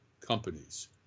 companies